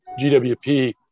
GWP